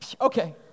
Okay